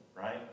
right